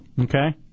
Okay